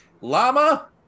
llama